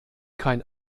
kein